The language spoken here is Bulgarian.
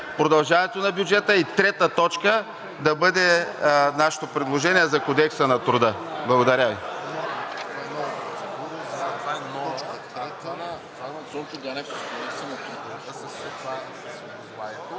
– удължаването на бюджета, и трета точка да бъде нашето предложение за Кодекса на труда. Благодаря Ви.